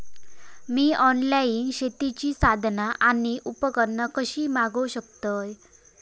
मी online शेतीची साधना आणि उपकरणा कशी मागव शकतय?